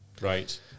Right